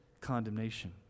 condemnation